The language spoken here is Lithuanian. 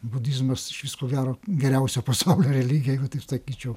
budizmas išvis ko gero geriausia pasaulio religija jeigu taip sakyčiau